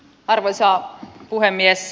arvoisa puhemies